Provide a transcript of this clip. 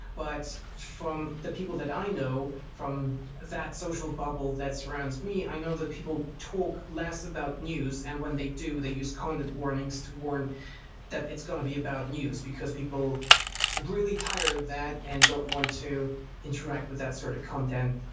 but from the people that i know from that social bubble that surrounds me, i know that people talk less about news, and when they do they use content warnings to warn that it's going to be about news, because people are really tired of that and don't want to interact with that sort of content,